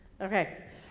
Okay